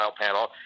panel